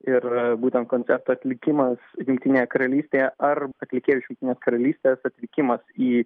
ir būtent koncerto atlikimas jungtinėje karalystėje ar atlikėjų iš jungtinės karalystės atvykimas į